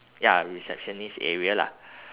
ya receptionist area lah